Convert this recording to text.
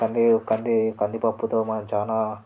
కంది కంది కందిపప్పుతో మనం చానా